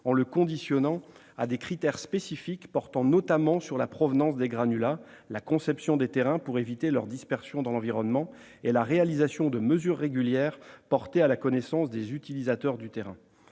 en le conditionnant à des critères spécifiques, portant notamment sur la provenance des granulats, sur la conception des terrains pour éviter leur dispersion dans l'environnement et sur la réalisation de mesures régulières portées à la connaissance des utilisateurs du terrain.